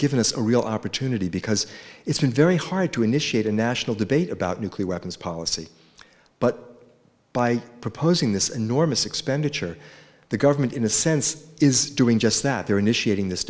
given us a real opportunity because it's been very hard to initiate a national debate about nuclear weapons policy but by proposing this enormous expenditure the government in a sense is doing just that they're initiating this